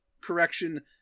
correction